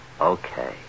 Okay